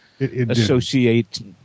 associate